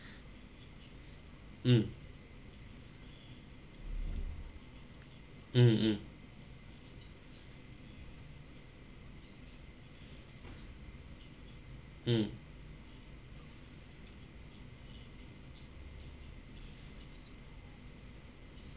mm mm mm mm